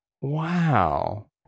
Wow